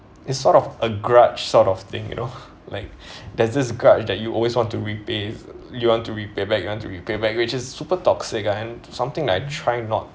it's sort of a grudge sort of thing you know like there's this grudge that you always want to repay if you want to repay back you want to repay back which is super toxic and I something like try not